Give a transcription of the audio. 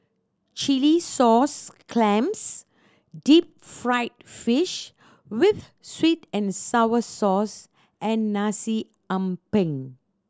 chilli sauce clams deep fried fish with sweet and sour sauce and Nasi Ambeng